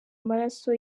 amaraso